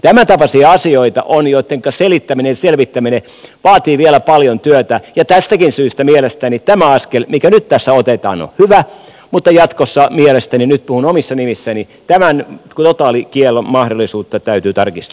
tämäntapaisia asioita on joittenka selittäminen ja selvittäminen vaatii vielä paljon työtä ja tästäkin syystä mielestäni tämä askel mikä nyt tässä otetaan on hyvä mutta jatkossa mielestäni nyt puhun omissa nimissäni totaalikiellon mahdollisuutta täytyy tarkistaa